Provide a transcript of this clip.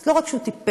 לא רק שהוא טיפש,